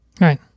Right